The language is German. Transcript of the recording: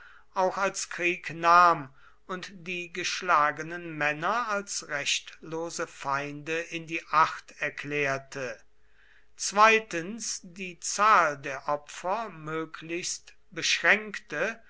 auch als krieg nahm und die geschlagenen männer als rechtlose feinde in die acht erklärte zweitens die zahl der opfer möglichst beschränkte